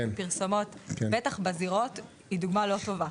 פרסומות בטח בזירות היא דוגמה לא טובה,